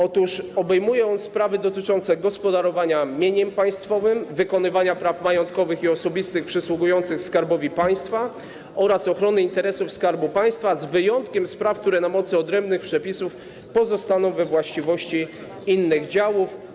Otóż dział ten obejmuje sprawy dotyczące gospodarowania mieniem państwowym, wykonywania praw majątkowych i osobistych przysługujących Skarbowi Państwa oraz ochrony interesów Skarbu Państwa z wyjątkiem spraw, które na mocy odrębnych przepisów pozostaną we właściwości innych działów.